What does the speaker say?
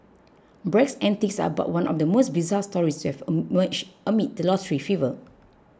Bragg's antics are but one of the many bizarre stories to have emerged amid the lottery fever